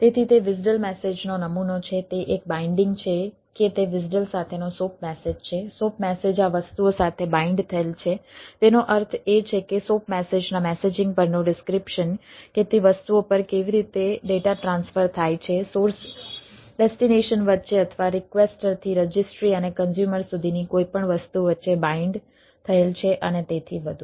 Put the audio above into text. તેથી તે WSDL મેસેજનો નમૂનો છે તે એક બાઈન્ડીંગ છે કે તે WSDL સાથેનો SOAP મેસેજ છે SOAP મેસેજ આ વસ્તુઓ સાથે બાઈન્ડ થયેલ છે તેનો અર્થ એ છે કે SOAP મેસેજના મેસેજિંગ પરનું ડિસ્ક્રીપ્શન કે તે વસ્તુઓ પર કેવી રીતે ડેટા ટ્રાન્સફર વચ્ચે અથવા રિક્વેસ્ટરથી રજિસ્ટ્રી અને કન્ઝ્યુમર સુધીની કોઈપણ વસ્તુ વચ્ચે બાઈન્ડ થયેલ છે અને તેથી વધુ